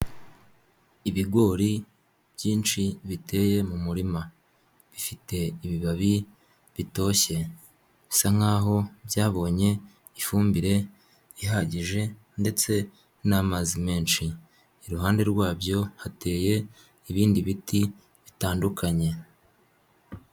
Ibigori byinshi biteye mu murima bifite ibibabi bitoshye, bisa nkaho byabonye ifumbire ihagije ndetse n'amazi menshi, iruhande rwabyo hateye ibindi biti bitandukanye.